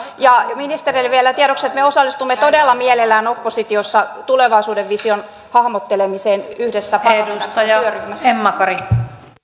ja ministereille vielä tiedoksi että me osallistumme todella mielellämme oppositiossa tulevaisuuden vision hahmottelemiseen yhdessä parlamentaarisessa työryhmässä